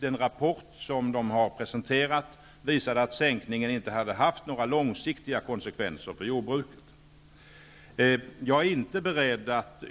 Den rapport jordbruksverket har presenterat visar att sänkningen inte har haft några långsiktiga konsekvenser för jordbruket. Jag är inte beredd att,